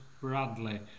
Bradley